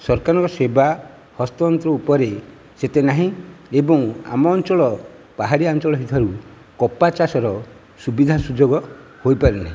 ସରକାରଙ୍କ ସେବା ହସ୍ତତନ୍ତୁ ଉପରେ ଏତେ ନାହିଁ ଏବଂ ଆମ ଅଞ୍ଚଳ ପାହାଡ଼ିଆ ଅଞ୍ଚଳ ହୋଇଥିବାରୁ କପା ଚାଷର ସୁବିଧା ସୁଯୋଗ ହୋଇପାରେ ନାହିଁ